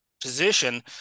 position